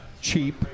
cheap